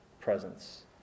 presence